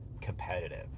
competitive